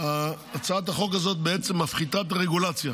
הצעת החוק הזאת בעצם מפחיתה את הרגולציה.